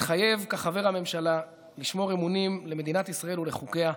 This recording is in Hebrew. מתחייב כחבר הממשלה לשמור אמונים למדינת ישראל ולחוקיה,